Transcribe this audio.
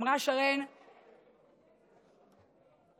רפורמה חשובה ביותר,